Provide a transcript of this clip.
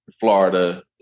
Florida